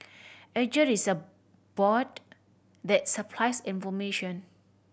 Edgar is a bot that supplies information